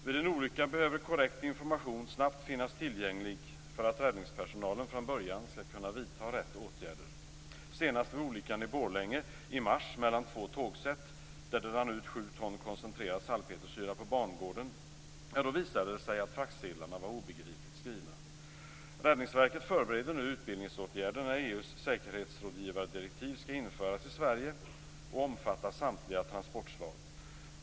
Vid en olycka behöver korrekt information snabbt finnas tillgänglig för att räddningspersonalen från början skall kunna vidta rätt åtgärder. Senast vid olyckan i Borlänge i mars mellan två tågsätt, där det rann ut sju ton koncentrerad salpetersyra på bangården, visade det sig att fraktsedlarna var obegripligt skrivna. Räddningsverket förbereder nu utbildningsåtgärder inför införandet av EU:s säkerhetsrådgivardirektiv i Sverige, som skall omfatta samtliga transportslag.